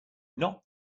not